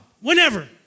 whenever